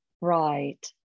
right